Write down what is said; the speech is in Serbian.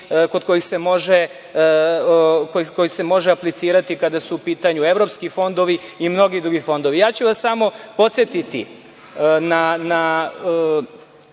kod kojih se može aplicirati kada su u pitanju evropski fondovi i mnogi drugi fondovi. Samo ću vas podsetiti na